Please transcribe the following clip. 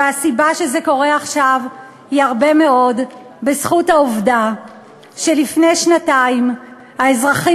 חלק גדול מהסיבה לכך שזה קורה עכשיו הוא העובדה שלפני שנתיים האזרחים